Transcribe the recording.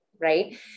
right